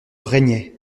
régnait